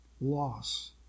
Loss